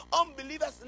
Unbelievers